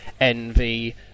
Envy